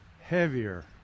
heavier